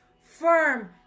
Firm